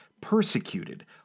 persecuted